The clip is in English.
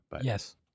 Yes